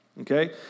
okay